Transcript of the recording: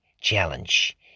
Challenge